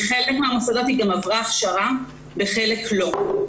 בחלק מהמוסדות היא גם עברה הכשרה ובחלק לא.